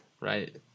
right